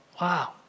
wow